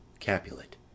Capulet